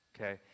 Okay